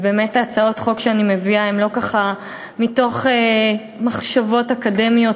ובאמת הצעות החוק שאני מביאה הן לא ככה רק מתוך מחשבות אקדמיות.